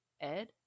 Ed